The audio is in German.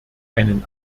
einen